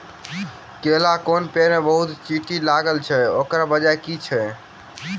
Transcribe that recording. केला केँ पेड़ मे बहुत चींटी लागल अछि, ओकर बजय की छै?